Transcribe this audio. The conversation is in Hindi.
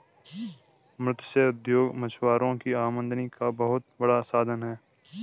मत्स्य उद्योग मछुआरों की आमदनी का बहुत बड़ा साधन है